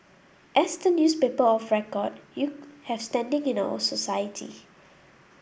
as the newspaper of record you have standing in our society